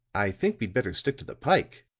i think we'd better stick to the pike,